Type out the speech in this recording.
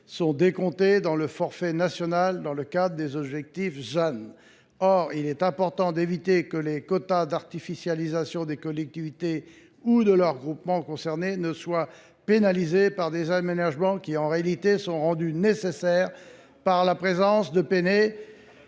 sont décomptés du forfait national dans le cadre des objectifs du ZAN. Il importe d’éviter que les quotas d’artificialisation des collectivités ou de leurs groupements concernés soient pénalisés par des aménagements qui, en réalité, sont rendus nécessaires par la présence de Pene